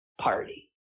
party